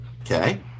Okay